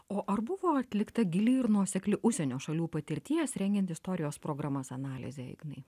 o ar buvo atlikta gili ir nuosekli užsienio šalių patirties rengiant istorijos programas analizė ignai